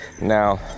Now